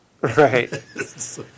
Right